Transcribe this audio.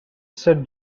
sir